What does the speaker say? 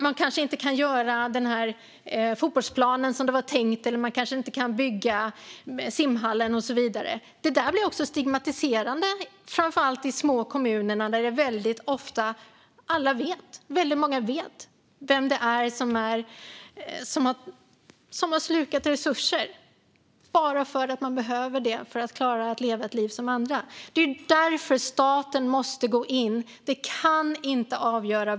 Man kanske inte kan göra den där fotbollsplanen som det var tänkt, eller man kanske inte kan bygga simhallen och så vidare. Det där blir stigmatiserande i framför allt små kommuner där väldigt många ofta vet vem det är som har slukat resurser bara för att man behöver det för att klara att leva ett liv som andra. Det är därför staten måste gå in.